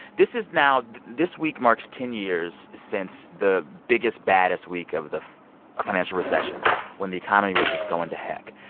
this is now this week marks ten years since the biggest, baddest week of the financial recession when the economy was just going to heck.